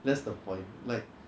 that's the point like